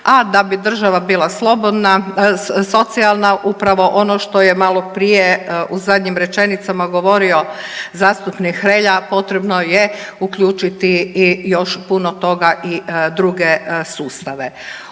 a da bi država bila slobodna, socijalna upravo ono što je maloprije u zadnjim rečenicama govorio zastupnik Hrelja potrebno je uključiti i još puno toga i druge sustave.